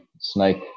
snake